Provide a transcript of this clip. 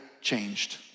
changed